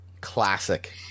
classic